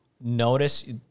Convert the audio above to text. notice